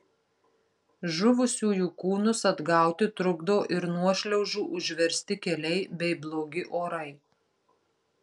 žuvusiųjų kūnus atgauti trukdo ir nuošliaužų užversti keliai bei blogi orai